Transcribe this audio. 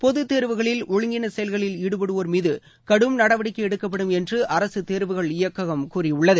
பொதுத் தேர்வுகளில் ஒழுங்கீன செயல்களில் ஈடுபடுவோர் மீது கடும் நடவடிக்கை எடுக்கப்படும் என்று அரசுத் தேர்வுகள் இயக்ககம் கூறியுள்ளது